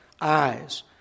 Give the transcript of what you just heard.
eyes